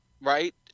right